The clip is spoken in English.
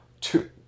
two